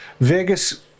Vegas